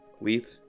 Leith